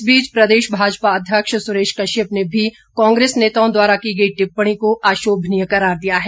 इस बीच प्रदेश भाजपा अध्यक्ष सुरेश कश्यप ने भी कांग्रेस नेताओं द्वारा की गई टिप्पणी को अशोभनीय करार दिया है